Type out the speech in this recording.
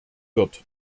wird